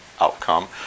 outcome